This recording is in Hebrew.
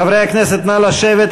חברי הכנסת, נא לשבת.